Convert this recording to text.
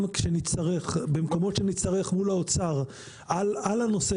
גם במקומות שנצטרך מול האוצר על הנושא